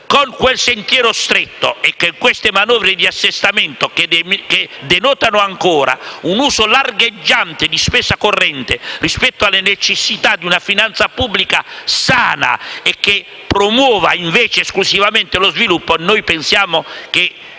Con quel sentiero stretto e queste manovre di assestamento, che denotano ancora un uso largheggiante di spesa corrente rispetto alle necessità di una finanza pubblica sana e che promuova invece esclusivamente lo sviluppo, non ci siamo